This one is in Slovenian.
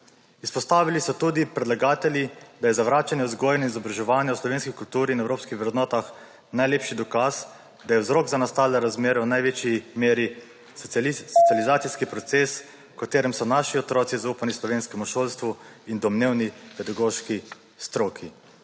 Izpostavili so tudi predlagatelji, da je zavračanje vzgoje in izobraževanja o slovenski kulturi in evropskih vrednotah najlepši dokaz, da je vzrok za nastale razmere v največji meri socializacijski proces, / znak za konec razprave/ v katerem so naši otroci zaupani slovenskemu šolstvu in domnevni pedagoški stroki.